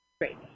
Great